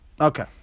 Okay